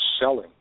selling